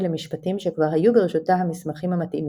למשפטים שכבר היו ברשותה המסמכים המתאימים.